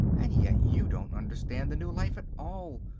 and yet you don't understand the new life at all.